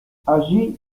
allí